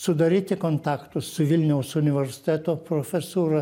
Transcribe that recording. sudaryti kontaktus su vilniaus universiteto profesūra